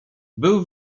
był